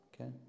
Okay